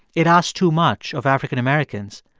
it asked too much of african-americans,